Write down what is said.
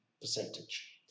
percentage